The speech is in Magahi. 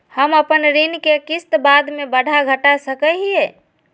हम अपन ऋण के किस्त बाद में बढ़ा घटा सकई हियइ?